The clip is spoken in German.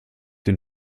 dem